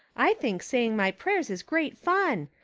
i think saying my prayers is great fun.